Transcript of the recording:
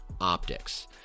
Optics